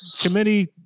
committee